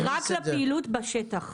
-- רק לפעילות בשטח.